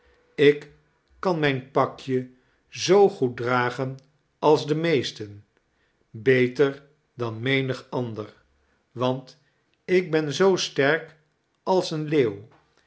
ik kan mijn pakje zoo goed dragen als de meesten beter dan menig ander want ik ben zoo sterk als een leeuw